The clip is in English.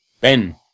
Ben